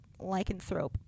lycanthrope